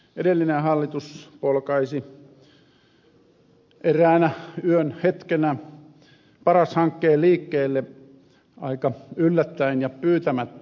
edellinen hallitus polkaisi eräänä yön hetkenä paras hankkeen liikkeelle aika yllättäin ja pyytämättä